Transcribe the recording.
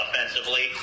offensively